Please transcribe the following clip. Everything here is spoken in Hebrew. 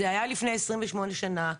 זה היה לפני 28 שנה,